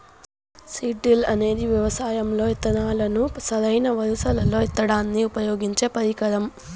seed drill అనేది వ్యవసాయం లో ఇత్తనాలను సరైన వరుసలల్లో ఇత్తడానికి ఉపయోగించే పరికరం